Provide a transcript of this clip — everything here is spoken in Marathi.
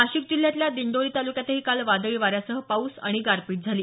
नाशिक जिल्ह्यातल्या दिंडोरी तालुक्यातही काल वादळी वाऱ्यासह पाऊस आणि गारपीट झाली